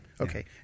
Okay